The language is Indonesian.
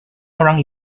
orang